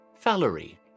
Valerie